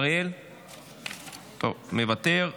מוותר,